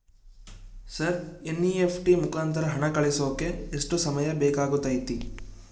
Sir NEFT ಮುಖಾಂತರ ಹಣ ಕಳಿಸೋಕೆ ಎಷ್ಟು ಸಮಯ ಬೇಕಾಗುತೈತಿ?